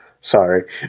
Sorry